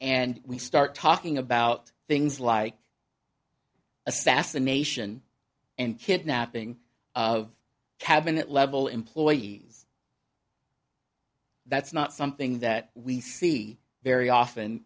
and we start talking about things like assassination and kidnapping of cabinet level employees that's not something that we see very often